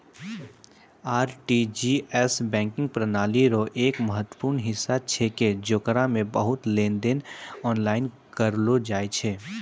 RTGS banking प्रणाली रो एक महत्वपूर्ण हिस्सा छेकै जेकरा मे बहुते लेनदेन आनलाइन करलो जाय छै